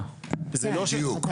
לא יהיה כסף לרכישה.